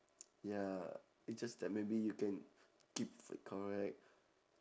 ya it's just that maybe you can keep f~ correct